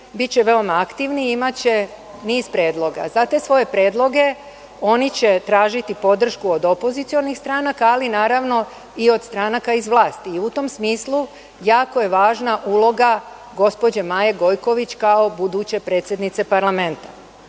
biće veoma aktivni, imaće niz predloga. Za te svoje predloge oni će tražiti podršku od opozicionih stranaka ali naravno i od stranaka u vlasti. U tom smislu jako je važna uloga gospođe Maje Gojković kao buduće predsednice parlamenta.